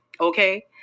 okay